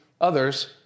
Others